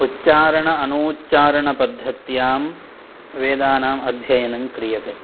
उच्चारण अनूच्चारणपद्धत्यां वेदानाम् अध्ययनङ्क्रियते